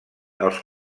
els